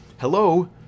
Hello